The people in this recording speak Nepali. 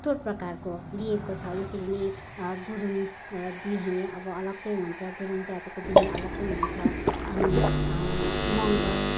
कठोर प्रकारको लिएको छ यसरी नै गुरुङ बिहे अब अलग्गै हुन्छ गुरुङ जातिको बिहे अलग्गै हुन्छ अनि मगर